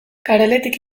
kareletik